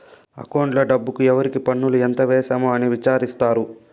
అకౌంట్లో డబ్బుకు ఎవరికి పన్నులు ఎంత వేసాము అని విచారిత్తారు